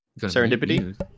Serendipity